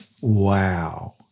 wow